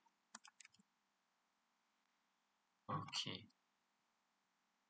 okay